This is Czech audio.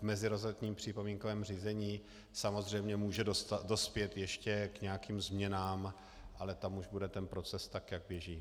V meziresortním připomínkovém řízení samozřejmě může dospět ještě k nějakým změnám, ale tam už bude ten proces, tak jak běží.